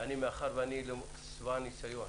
מאחר שאני שבע ניסיון